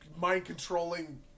mind-controlling